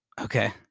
okay